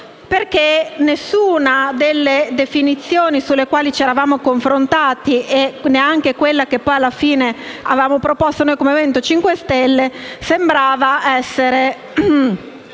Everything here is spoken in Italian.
perché nessuna delle definizioni sulle quali ci eravamo confrontati, neanche quella che alla fine avevamo proposto come Movimento 5 Stelle, pareva essere